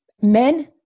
men